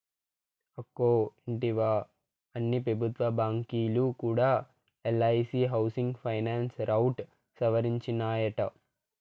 అక్కో ఇంటివా, అన్ని పెబుత్వ బాంకీలు కూడా ఎల్ఐసీ హౌసింగ్ ఫైనాన్స్ రౌట్ సవరించినాయట